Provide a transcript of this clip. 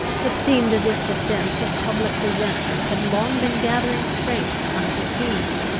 it seemed as if the sense of public resentment had long been gathering strength unperceived,